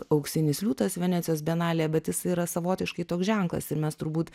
auksinis liūtas venecijos bienalėje bet jisai yra savotiškai toks ženklas ir mes turbūt